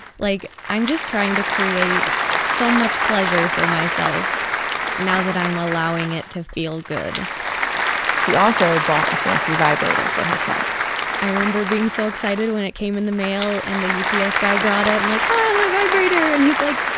like i'm just trying to create so much pleasure for myself now that i am allowing it to feel good she also bought a fancy vibrator for herself i remember being so excited when it came in the mail and the u p s. guy brought it and i'm like ah my vibrator! and he's like,